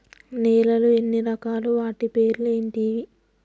నేలలు ఎన్ని రకాలు? వాటి పేర్లు ఏంటివి?